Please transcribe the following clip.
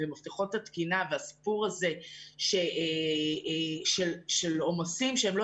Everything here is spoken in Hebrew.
מפתחות התקינה והסיפור הזה של עומסים שהם שלא